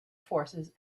forces